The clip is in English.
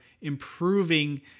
improving